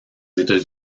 états